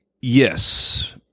Yes